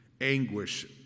Anguish